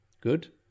Good